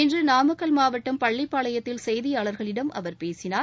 இன்று நாமக்கல் மாவட்டம் பள்ளிப்பாளையத்தில் செய்தியாளர்களிடம் அவர் பேசினார்